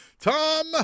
Tom